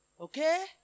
Okay